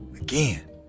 Again